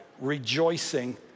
rejoicing